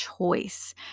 choice